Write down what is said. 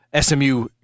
SMU